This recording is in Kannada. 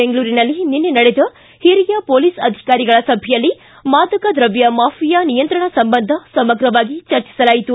ಬೆಂಗಳೂರಿನಲ್ಲಿ ನಿನ್ನೆ ನಡೆದ ಹಿರಿಯ ಪೊಲೀಸ್ ಅಧಿಕಾರಿಗಳ ಸಭೆಯಲ್ಲಿ ಮಾದಕ ದ್ರವ್ಯ ಮಾಫಿಯಾ ನಿಯಂತ್ರಣ ಸಂಬಂಧ ಸಮಗ್ರವಾಗಿ ಚರ್ಚಿಸಲಾಯಿತು